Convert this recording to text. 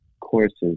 courses